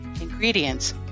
ingredients